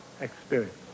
experience